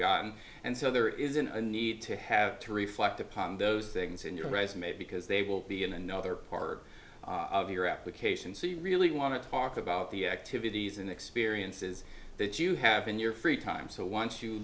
got and so there isn't a need to have to reflect upon those things in your resume because they will be in another part of your application so you really want to talk about the activities and experiences that you have in your free time so once you